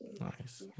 Nice